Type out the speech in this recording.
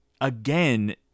again